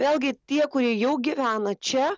vėlgi tie kurie jau gyvena čia